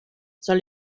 soll